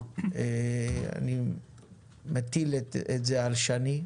אני מטיל את זה על שני,